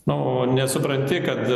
nu nesupranti kad